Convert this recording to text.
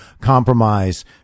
compromise